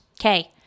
Okay